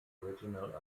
original